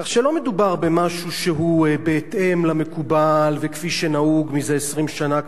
כך שלא מדובר במשהו שהוא בהתאם למקובל וכפי שנהוג זה 20 שנה,